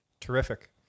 Terrific